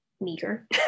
meager